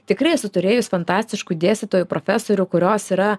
tikrai esu turėjus fantastiškų dėstytojų profesorių kurios yra